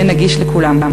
יהיה נגיש לכולם.